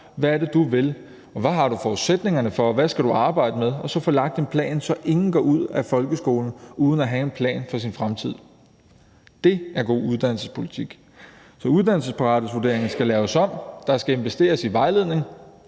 hvad er det, du vil, hvad har du forudsætningerne for, og hvad skal du arbejde med? Og så får de lagt en plan, så ingen går ud af folkeskolen uden at have en plan for sin fremtid. Det er god uddannelsespolitik. Så uddannelsesparathedsvurderingen skal laves om, der skal investeres i vejledning,